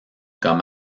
comme